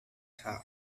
town